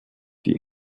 die